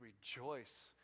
rejoice